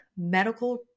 medical